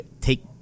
take